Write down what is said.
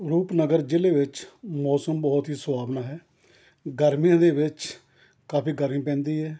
ਰੂਪਨਗਰ ਜ਼ਿਲ੍ਹੇ ਵਿੱਚ ਮੌਸਮ ਬਹੁਤ ਹੀ ਸੁਹਾਵਣਾ ਹੈ ਗਰਮੀਆਂ ਦੇ ਵਿੱਚ ਕਾਫੀ ਗਰਮੀ ਪੈਂਦੀ ਹੈ